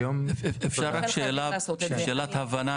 היום --- אפשר שאלת הבנה,